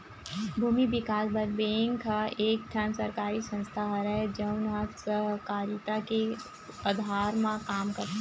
भूमि बिकास बर बेंक ह एक ठन सरकारी संस्था हरय, जउन ह सहकारिता के अधार म काम करथे